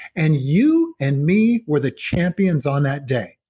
and you and me were the champions on that day.